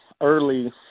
early –